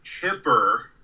hipper